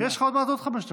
יש לך עוד מעט עוד חמש דקות.